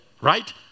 right